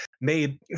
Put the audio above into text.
made